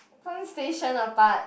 one station apart